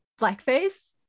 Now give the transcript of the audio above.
blackface